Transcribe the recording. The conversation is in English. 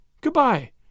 goodbye